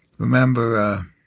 Remember